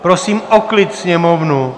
Prosím o klid Sněmovnu!